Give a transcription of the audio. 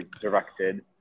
directed